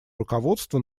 руководство